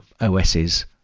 OSs